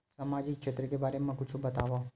सामाजिक क्षेत्र के बारे मा कुछु बतावव?